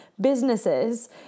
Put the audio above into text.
businesses